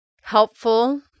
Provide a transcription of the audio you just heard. helpful